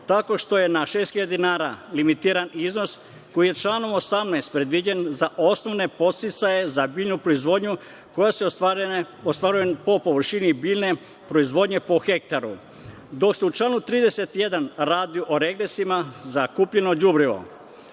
tako što je na 6.000 dinara limitiran iznos koji je članom 18. predviđen za osnovne podsticaje za biljnu proizvodnju koja se ostvaruje po površini biljne proizvodnje po hektaru, dok se u članu 31. radi o regresima za kupljeno đubrivo. Ova